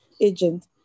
agent